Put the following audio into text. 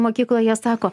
mokykloje sako